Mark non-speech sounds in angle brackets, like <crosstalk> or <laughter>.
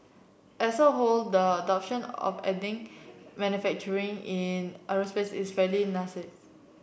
as a whole the adoption of <unintelligible> manufacturing in aerospace is fairly nascent